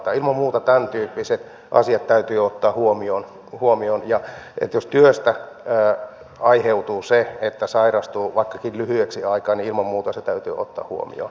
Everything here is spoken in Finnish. ilman muuta tämäntyyppiset asiat täytyy ottaa huomioon ja jos työstä aiheutuu se että sairastuu vaikkakin lyhyeksi aikaa niin ilman muuta se täytyy ottaa huomioon